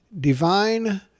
divine